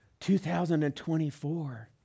2024